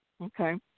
Okay